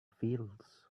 fields